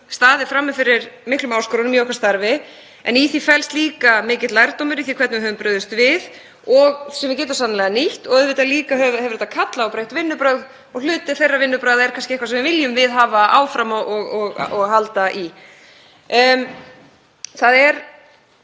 staðið frammi fyrir miklum áskorunum í starfi okkar, en í því felst líka mikill lærdómur, hvernig við höfum brugðist við, sem við getum sannarlega nýtt. Þetta hefur líka kallað á breytt vinnubrögð og hluti þeirra vinnubragða er kannski eitthvað sem við viljum viðhafa áfram og halda í. Í